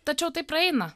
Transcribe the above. tačiau tai praeina